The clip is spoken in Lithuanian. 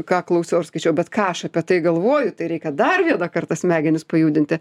ką klausiau ar skaičiau bet ką aš apie tai galvoju tai reikia dar vieną kartą smegenis pajudinti